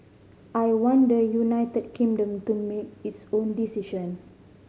I want the United Kingdom to make its own decision